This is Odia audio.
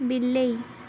ବିଲେଇ